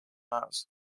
ours